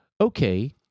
okay